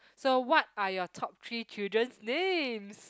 so what are your top three children's names